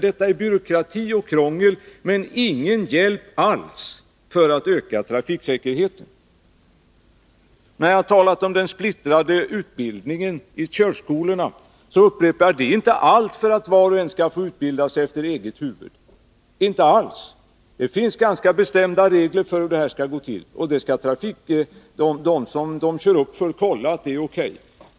Det är byråkrati och krångel men ingen hjälp alls när det gäller att öka trafiksäkerheten. Jag talade om den splittrade utbildningen i körskolorna. Men jag tycker inte alls att var och en skall få utbilda sig efter eget huvud. Det finns ganska bestämda regler för hur utbildningen skall gå till. Den som man kör upp för skall kolla att allt är O.K.